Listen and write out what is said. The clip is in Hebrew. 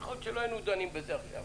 יכול להיות שלא היינו דנים בזה עכשיו.